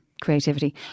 creativity